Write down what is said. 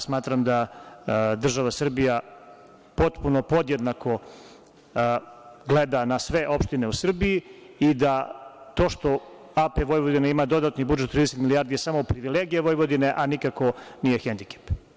Smatram da država Srbija podjednako gleda na sve opštine u Srbiji i da to što APV ima dodatni budžet od 30 milijardi je samo privilegija Vojvodine, a nikako nije hendikep.